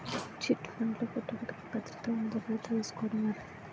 Chit fund లో పెట్టుబడికి భద్రత ఉందో లేదో తెలుసుకోవటం ఎలా?